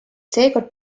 seekord